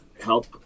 help